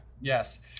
Yes